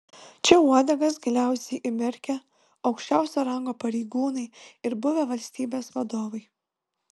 čia uodegas giliausiai įmerkę aukščiausio rango pareigūnai ir buvę valstybės vadovai